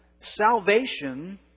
Salvation